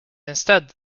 instead